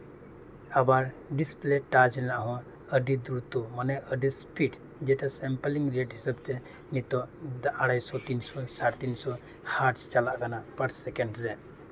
ᱟᱵᱟᱨ display touch ᱨᱮᱭᱟᱜ ᱦᱚᱸ ᱟᱹᱰᱤ ᱫᱩᱨᱛᱛᱚ ᱢᱟᱱᱮ ᱟᱹᱰᱤ ᱥᱯᱤᱰ ᱡᱮᱴᱟ ᱥᱮᱢᱯᱮᱞᱤᱝ ᱨᱮᱰ ᱦᱤᱥᱟᱹᱵ ᱛᱮ ᱱᱤᱛᱚᱜ ᱟᱲᱟᱭ ᱥᱚ ᱛᱤᱱ ᱥᱚ ᱥᱟᱲᱮ ᱛᱤᱱᱥᱚ ᱦᱟᱨᱥ ᱪᱟᱞᱟᱜ ᱠᱟᱱᱟ ᱯᱟᱨ ᱥᱮᱠᱮᱱᱰ ᱨᱮ